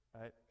right